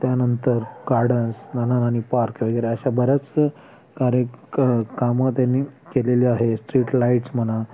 त्यांनतर gardens Nana Nani park वगैरे अशा बऱ्याच कार्यक्र कामं त्यांनी केलेले आहे स्ट्रीट लाईट्स म्हणा